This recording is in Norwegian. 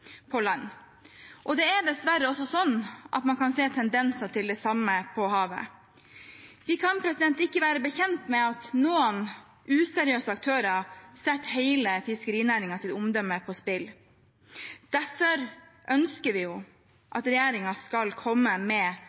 Og det er dessverre også sånn at man kan se tendenser til det samme på havet. Vi kan ikke være bekjent av at noen useriøse aktører setter hele fiskerinæringens omdømme på spill. Derfor ønsker vi at regjeringen skal komme med